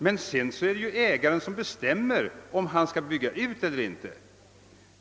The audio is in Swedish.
Men sedan är det ägaren som bestämmer om han skall bygga ut eller inte.